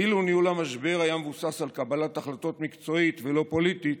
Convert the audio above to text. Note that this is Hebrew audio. אילו ניהול המשבר היה מבוסס על קבלת החלטות מקצועית ולא פוליטית,